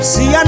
See